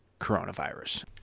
coronavirus